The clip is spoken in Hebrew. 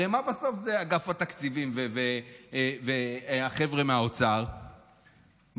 הרי בסוף מה זה אגף התקציבים, והחבר'ה מהאוצר מהם?